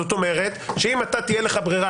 זאת אומרת שאם תהיה לך ברירה,